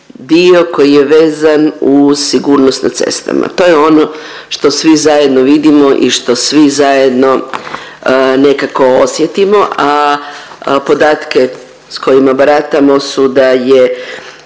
dio koji je vezan uz sigurnost na cestama. To je ono što svi zajedno vidimo i što svi zajedno nekako osjetimo, a podatke s kojima baratamo su da je,